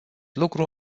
lucru